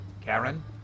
Karen